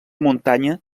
muntanya